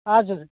हजुर